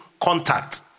contact